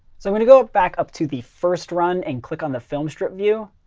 so when you go back up to the first run and click on the filmstrip view,